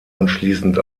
anschließend